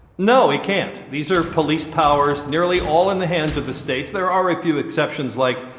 no, he can't. these are police powers, nearly all in the hands of the states. there are a few exceptions like,